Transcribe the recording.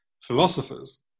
philosophers